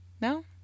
No